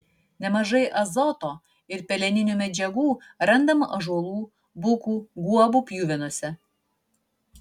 nemažai azoto ir peleninių medžiagų randama ąžuolų bukų guobų pjuvenose